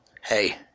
Hey